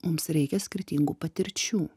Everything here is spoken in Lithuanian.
mums reikia skirtingų patirčių